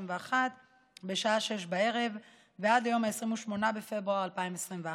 בשעה 18:00 בערב ועד ליום 28 בפברואר 2021,